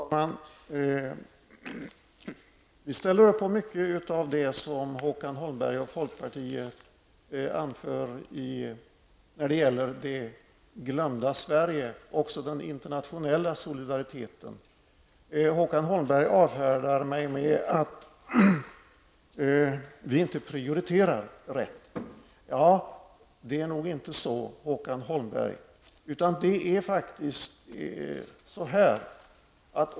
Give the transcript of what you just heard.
Fru talman! Vi ställer upp på mycket av det som Håkan Holmberg och folkpartiet anför när det gäller Det glömda Sverige -- också den internationella solidariteten. Håkan Holmberg avfärdar mig med att vi socialdemokrater inte prioriterar rätt. Men det är inte så.